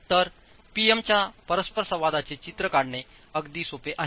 तर P M च्या परस्परसंवादाचे चित्र काढणे अगदी सोपे आहे